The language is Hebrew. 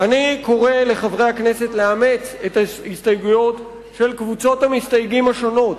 אני קורא לחברי הכנסת לאמץ את ההסתייגויות של קבוצות המסתייגים השונות.